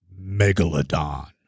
Megalodon